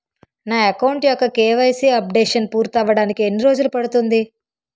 నా అకౌంట్ యెక్క KYC updation పూర్తి అవ్వడానికి ఎన్ని రోజులు పడుతుంది?